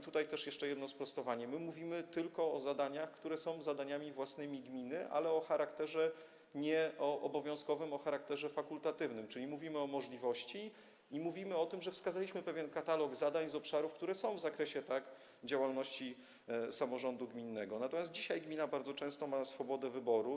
Tutaj jeszcze jedno sprostowanie: my mówimy tylko o zadaniach, które są zadaniami własnymi gminy, ale o charakterze nieobowiązkowym, o charakterze fakultatywnym, czyli mówimy o możliwości i o tym, że wskazaliśmy pewien katalog zadań z obszarów, które są w zakresie działalności samorządu gminnego, natomiast dzisiaj gmina bardzo często ma swobodę wyboru.